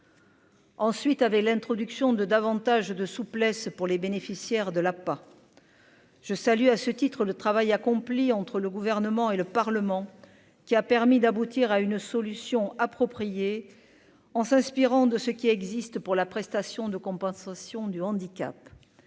Ensuite, avec l'introduction de davantage de souplesse pour les bénéficiaires de la pas. Je salue à ce titre, le travail accompli entre le gouvernement et le Parlement qui a permis d'aboutir à une solution appropriée en s'inspirant de ce qui existe pour la prestation de compensation du handicap,